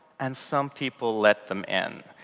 and some people let them in.